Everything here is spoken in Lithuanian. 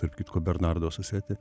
tarp kitko bernardo sassetti